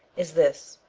is this,